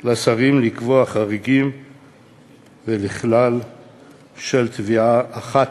לשרים לקבוע חריגים לכלל של תביעה אחת,